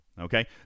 okay